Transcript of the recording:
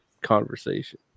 conversation